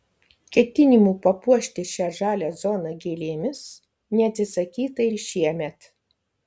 ketinimų papuošti šią žalią zoną gėlėmis neatsisakyta ir šiemet